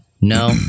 No